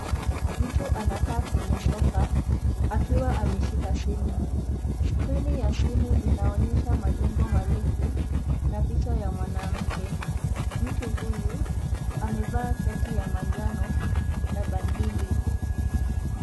Mtu anakaa kwenye sofa akiwa ameshika simu, skrini ya simu inaonyesha majengo marefu na picha ya mwanamke ,mtu huyu amevaa shati ya manjano na bangili.